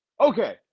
okay